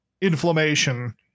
inflammation